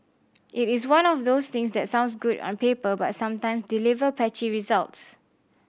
it is one of those things that sounds good on paper but sometime deliver patchy results